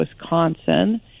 Wisconsin